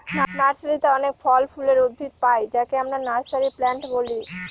নার্সারিতে অনেক ফল ফুলের উদ্ভিদ পাই যাকে আমরা নার্সারি প্লান্ট বলি